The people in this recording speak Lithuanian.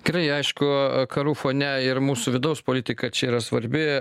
karai aišku karų fone ir mūsų vidaus politika čia yra svarbi